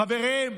חברים,